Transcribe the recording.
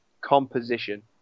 composition